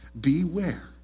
Beware